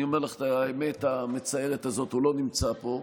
אני אומר לך את האמת המצערת הזאת, הוא לא נמצא פה,